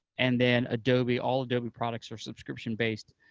and then adobe, all adobe products are subscription-based,